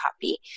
copy